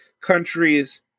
countries